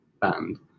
band